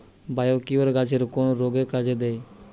Biocure গাছের কোন রোগে কাজেদেয়?